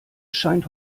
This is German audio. scheint